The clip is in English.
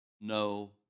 no